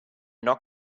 not